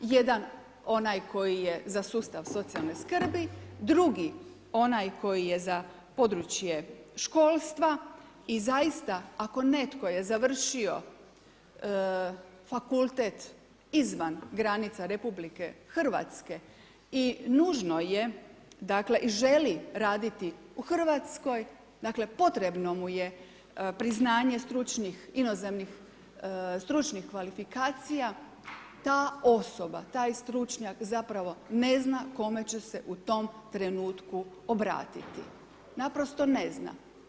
Jedan onaj koji je za sustav socijalne skrbi, drugi onaj koji je za područje školstva i zaista ako netko je završio fakultet izvan granica Republike Hrvatske i nužno je dakle i želi raditi u Hrvatskoj dakle potrebno mu je priznanje stručnih inozemnih stručnih kvalifikacija ta osoba, taj stručnjak zapravo ne zna kome će se u tom trenutku obratiti, naprosto ne zna.